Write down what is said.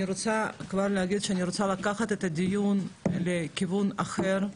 אני רוצה כבר להגיד שאני רוצה לקחת את הדיון לכיוון אחר.